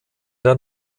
der